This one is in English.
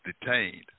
detained